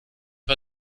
war